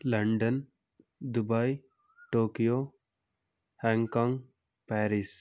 London Dubai Tokyo Hong Kong Paris